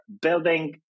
building